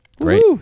Great